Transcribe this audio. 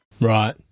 Right